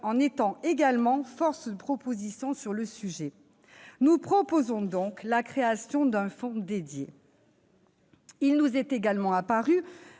en étant aussi force de propositions sur le sujet. Nous proposons donc la création d'un fonds dédié. Il nous est apparu